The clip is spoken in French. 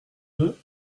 deux